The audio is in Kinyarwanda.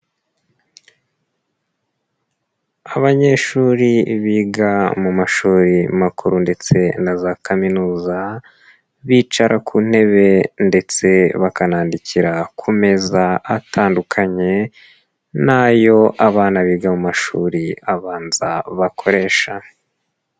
Abanyeshuri biga mu mashuri makuru ndetse na za Kaminuza, bicara ku ntebe ndetse bakanandikira ku meza atandukanye n'ayo abana biga mu mashuri abanza bakoresha.